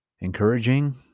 encouraging